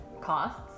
costs